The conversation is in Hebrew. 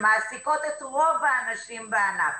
שמעסיקות את רוב האנשים בענף,